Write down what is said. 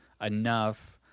enough